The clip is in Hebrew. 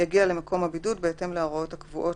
יגיע למקום הבידוד בהתאם להוראות הקבועות